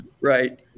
Right